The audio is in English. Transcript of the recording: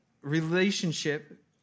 relationship